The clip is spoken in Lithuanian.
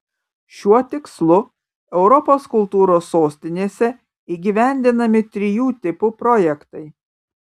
šiuo tikslu europos kultūros sostinėse įgyvendinami trijų tipų projektai